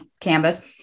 canvas